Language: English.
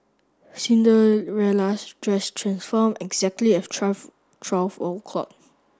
Cinderella's dress transformed exactly at twelve twelve o'clock